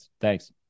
Thanks